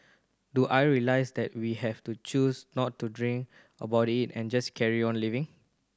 do I realize that we have to choose not to drink about it and just carry on living